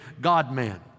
God-man